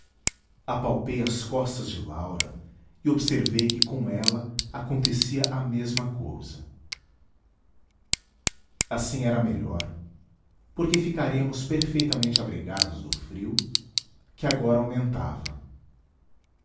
espesso apalpei as costas de laura e observei que com ela acontecia a mesma cousa assim era melhor porque ficaríamos perfeitamente abrigados do frio que agora aumentava